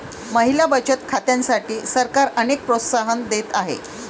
महिला बचत खात्यांसाठी सरकार अनेक प्रोत्साहन देत आहे